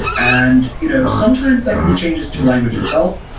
and you know sometimes that can be changes to language itself.